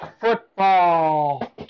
football